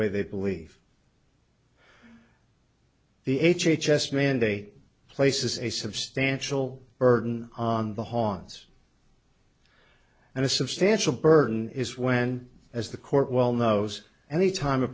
way they believe the h h s mandate places a substantial burden on the hans and a substantial burden is when as the court well knows and the time a